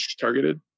targeted